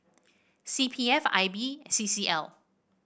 C P F I B C C L